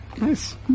Nice